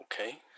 okay